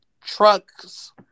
trucks